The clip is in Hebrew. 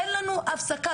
אין לנו הפסקה.